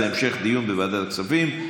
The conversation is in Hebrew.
זה המשך דיון בוועדת הכספים,